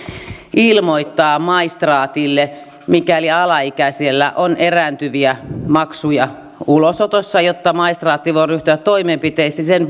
ilmoittaa maistraatille mikäli alaikäisellä on erääntyviä maksuja ulosotossa jotta maistraatti voi ryhtyä toimenpiteisiin sen